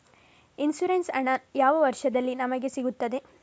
Insurance ಹಣ ಯಾವ ವರ್ಷದಲ್ಲಿ ನಮಗೆ ಸಿಗುತ್ತದೆ?